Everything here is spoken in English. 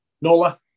Nola